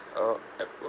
uh